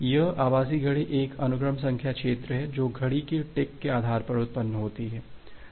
यह आभासी घड़ी एक अनुक्रम संख्या क्षेत्र है जो घड़ी की टिक के आधार पर उत्पन्न होती है